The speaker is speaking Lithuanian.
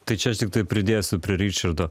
tai čia aš tiktai pridėsiu prie ričardo